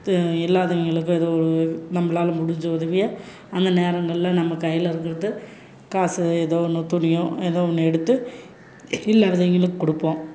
இல்லாதவங்களுக்கு ஏதோ நம்மளால் முடிஞ்ச உதவியை அந்த நேரங்களில் நம்ம கையில் இருக்கிறது காசு ஏதோ ஒன்று துணியோ ஏதோ ஒன்று எடுத்து இல்லாதவங்களுக்குக் கொடுப்போம்